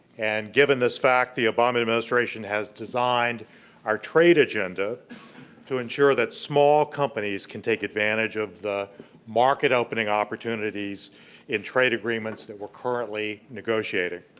and given this fact, the obama administration has designed our trade agenda to ensure that small companies can take advantage of the marketing opening opportunities in trade agreements that we're currently negotiating.